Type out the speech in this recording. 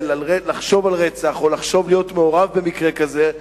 לחשוב על רצח או לחשוב להיות מעורב במקרה כזה,